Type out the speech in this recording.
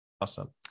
Awesome